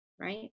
right